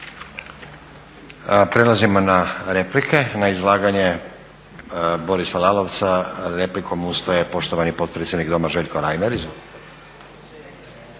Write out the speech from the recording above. Prelazimo na replike na izlaganje Borisa Lalovca. Replikom ustaje poštovani potpredsjednik Doma Željko Reiner,